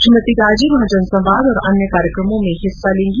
श्रीमती राजे वहां जनसंवाद और अन्य कार्यक्रमों में हिस्सा लेंगी